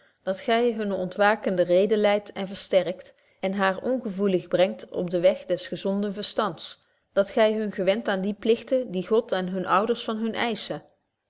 dat gy hunne ontwakende rede leidt en versterkt en haar ongevoelig brengt op den weg des gezonden verstands dat gy hun gewend aan die pligten die god en hunne ouders van hun eisschen